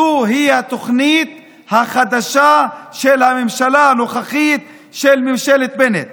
זוהי התוכנית החדשה של הממשלה, של ממשלת בנט.